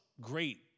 great